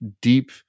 deep